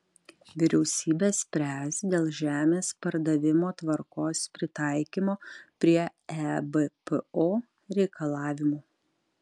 vyriausybė spręs dėl žemės pardavimo tvarkos pritaikymo prie ebpo reikalavimų